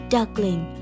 Duckling